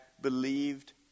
believed